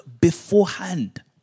beforehand